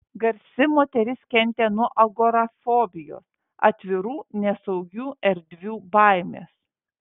garsi moteris kentė nuo agorafobijos atvirų nesaugių erdvių baimės